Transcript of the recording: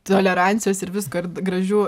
tolerancijos ir visko ir gražių